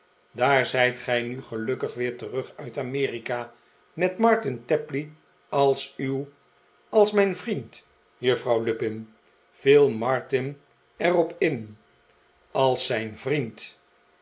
daar zijt gij nu gelukkig weer terug uit amerika met mark tapley als uw als mijn vriend juffrouw lupin viel martin er op in als zijn vriend